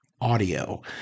Audio